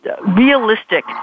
Realistic